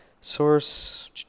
source